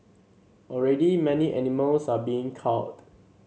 already many animals are being culled